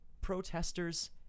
protesters